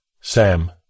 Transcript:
Sam